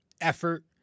effort